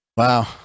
Wow